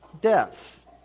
death